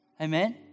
Amen